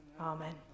Amen